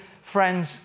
friends